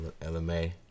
LMA